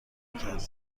میکردند